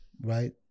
right